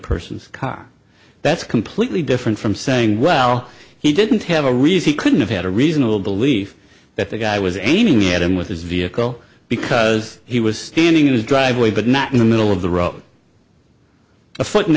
person's car that's completely different from saying well he didn't have a reason couldn't have had a reasonable belief that the guy was aiming at him with his vehicle because he was standing in his driveway but not in the middle of the road a foot and